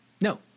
No